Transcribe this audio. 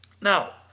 Now